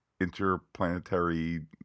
interplanetary